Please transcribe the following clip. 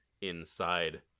inside